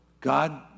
God